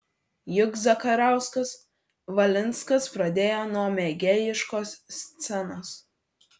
juk zakarauskas valinskas pradėjo nuo mėgėjiškos scenos